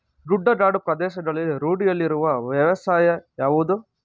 ಗುಡ್ಡಗಾಡು ಪ್ರದೇಶಗಳಲ್ಲಿ ರೂಢಿಯಲ್ಲಿರುವ ವ್ಯವಸಾಯ ಯಾವುದು?